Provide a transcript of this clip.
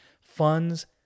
funds